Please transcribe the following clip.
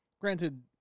granted